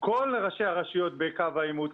כל ראש הרשויות בקו העימות,